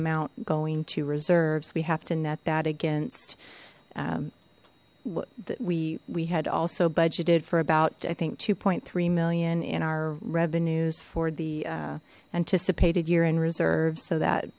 amount going to reserves we have to net that against what we we had also budgeted for about i think two point three million in our revenues for the anticipated year in reserves so that